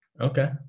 Okay